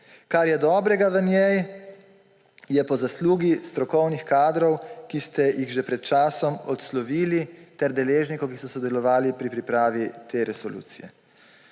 Kar je dobrega v njej, je po zaslugi strokovnih kadrov, ki ste jih že pred časom odslovili, ter deležnikov, ki so sodelovali pri pripravi te resolucije.